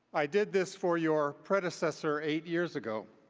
i did this for your predecessor eight years ago.